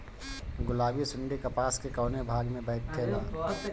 गुलाबी सुंडी कपास के कौने भाग में बैठे ला?